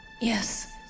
Yes